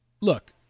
look